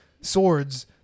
swords